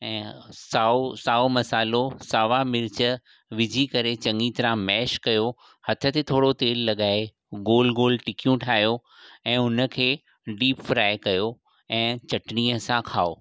ऐं साओ साओ मसालो सावा मिर्च विझी करे चङी तरह मेश कयो हथ ते थोरो तेल लॻाए गोल गोल टिकियूं ठाहियो ऐं हुनखे डीप फ्राय कयो ऐं चटणीअ सां खाओ